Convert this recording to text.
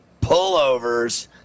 pullovers